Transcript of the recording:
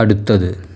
അടുത്തത്